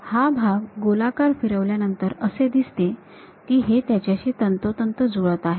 हा भाग गोलाकार फिरवल्यानंतर असे दिसते की हे त्याच्याशी तंतोतंत जुळत आहे